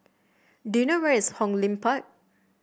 do you know where is Hong Lim Park